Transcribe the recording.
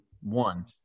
one